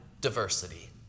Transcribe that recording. diversity